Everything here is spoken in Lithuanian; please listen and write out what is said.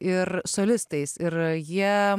ir solistais ir jie